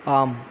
ஆம்